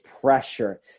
pressure